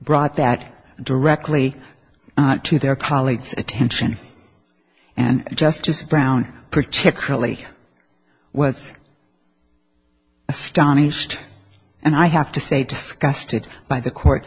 brought that directly to their colleagues attention and justice brown particularly was astonished and i have to say disgusted by the court